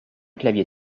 clavier